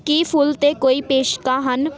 ਕੀ ਫੁੱਲ 'ਤੇ ਕੋਈ ਪੇਸ਼ਕਸ਼ਾਂ ਹਨ